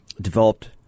developed